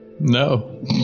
No